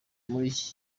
muri